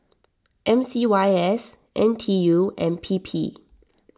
M C Y S N T U and P P